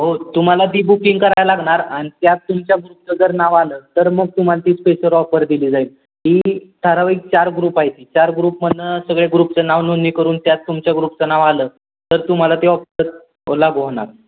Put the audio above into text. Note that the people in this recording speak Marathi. हो तुम्हाला ती बुकिंग कराय लागणार आणि त्यात तुमच्या ग्रुपचं जर नाव आलं तर मग तुम्हाला ती स्पेशल ऑफर दिली जाईल ती थारावीक एक चार ग्रुप आहे ती चार ग्रुप म्हनं सगळ्या ग्रुपचं नाव नोंदणी करून त्यात तुमच्या ग्रुपचं नाव आलं तर तुम्हाला ते ऑफर लागू होणार